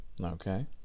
Okay